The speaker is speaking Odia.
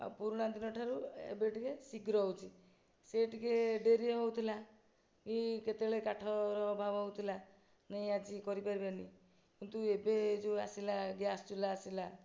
ଆଉ ପୁରୁଣା ଦିନ ଠାରୁ ଏବେ ଟିକେ ଶୀଘ୍ର ହେଉଛି ସେ ଟିକେ ଡେରିରେ ହୋଉଥିଲା ଏ କେତେବେଳେ କାଠର ଅଭାବ ହୋଉଥିଲା ନାଇଁ ଆଜି କରିପାରିବାନି କିନ୍ତୁ ଏବେ ଯେଉଁ ଆସିଲା ଗ୍ୟାସ ଚୁଲା ଆସିଲା